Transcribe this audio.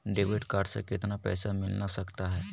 Debit card से कितने पैसे मिलना सकता हैं?